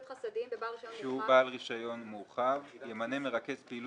חסדים שהוא בעל רישיון מורחב ימנה מרכז פעילות,